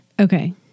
okay